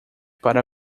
para